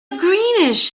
greenish